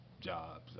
jobs